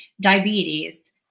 diabetes